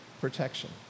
protection